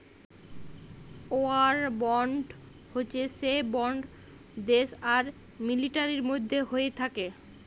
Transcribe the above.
war bond হচ্যে সে bond দ্যাশ আর মিলিটারির মধ্যে হ্য়েয় থাক্যে